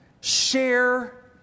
share